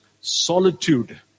solitude